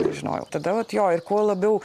nežinojau tada vat jo ir kuo labiau